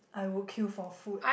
I would queue for food